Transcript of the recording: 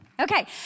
Okay